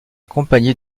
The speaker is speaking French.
compagnie